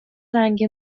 رنگ